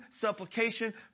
supplication